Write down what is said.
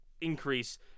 increase